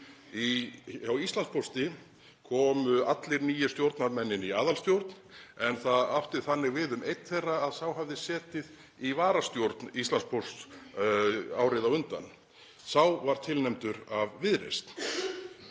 Hjá Íslandspósti komu allir nýir stjórnarmenn inn í aðalstjórn en það átti við um einn þeirra að sá hafði setið í varastjórn Íslandspósts árið á undan, og sá var tilnefndur af Viðreisn.